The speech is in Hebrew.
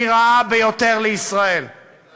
אבל